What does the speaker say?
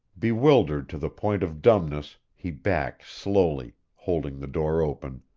bewildered to the point of dumbness, he backed slowly, holding the door open,